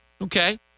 Okay